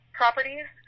properties